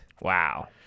Wow